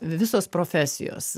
visos profesijos